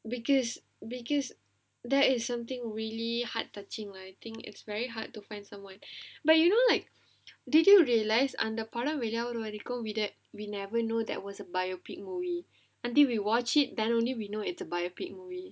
because because there is something really hard touching lah I think it's very hard to find someone but you know like did you realise அந்த படம் வெளியாகுற வரைக்கும்:andha padam veliyaagura varaikkum we never know that was a biopic movie until we watch it then only we know it's a biopic movie